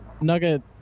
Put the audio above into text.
Nugget